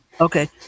Okay